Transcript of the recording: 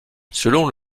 selon